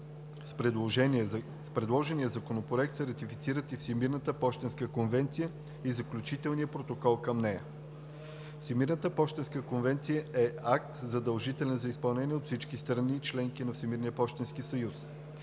С предложения Законопроект се ратифицират и Всемирната пощенска конвенция, и Заключителният протокол към нея. Всемирната пощенска конвенция е акт, задължителен за изпълнение от всички страни – членки на Всемирния пощенски съюз.